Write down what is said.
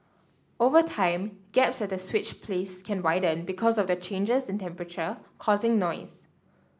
over time gaps at the switch plates can widen because of changes in temperature causing noise